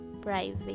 private